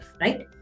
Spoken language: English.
right